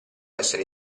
essere